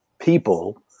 people